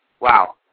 Wow